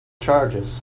charges